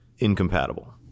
Incompatible